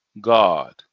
God